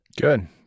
Good